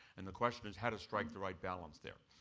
and the question is how to strike the right balance there.